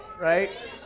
right